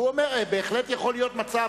והוא אומר שבהחלט יכול להיות מצב,